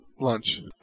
lunch